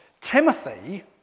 Timothy